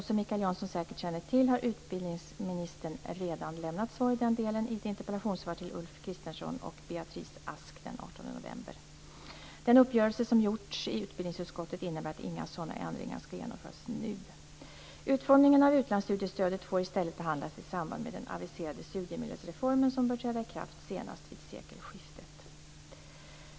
Som Mikael Janson säkert känner till har utbildningsministern redan lämnat svar i den delen i ett interpellationssvar till Ulf Kristersson och Beatrice Ask den 18 november. Den uppgörelse som gjorts i utbildningsutskottet innebär att inga sådana ändringar skall genomföras nu. Utformningen av utlandsstudiestödet får i stället behandlas i samband med den aviserade studiemedelsreformen, som bör träda i kraft senast vid sekelskiftet.